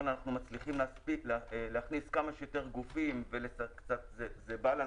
אנחנו מצליחים להכניס כמה שיותר גופים וקצת איזון